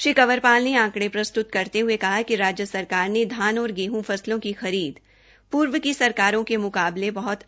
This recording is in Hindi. श्री कंवरपाल ने आंकड़े प्रस्तुत करते हए कहा कि राज्य सरकार ने धान और गेहं फसलों की खरीद पूर्व की सरकारों के मुकाबले बहत अधिक की है